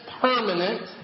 permanent